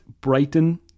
Brighton